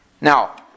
Now